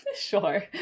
Sure